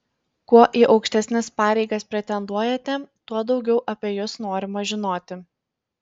kuo į aukštesnes pareigas pretenduojate tuo daugiau apie jus norima žinoti